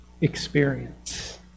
experience